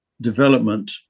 Development